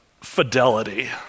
fidelity